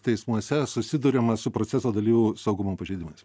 teismuose susiduriama su proceso dalyvių saugumo pažeidimais